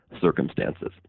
circumstances